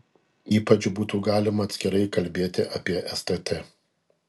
ypač būtų galima atskirai kalbėti apie stt